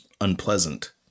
unpleasant